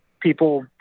people